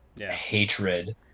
hatred